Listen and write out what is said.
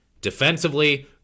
defensively